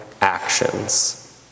actions